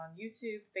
YouTube